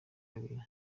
kabera